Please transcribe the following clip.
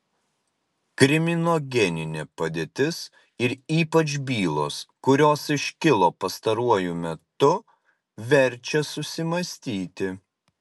kriminogeninė padėtis ir ypač bylos kurios iškilo pastaruoju metu verčia susimąstyti